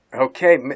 Okay